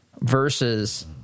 versus